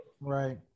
Right